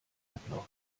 ablauf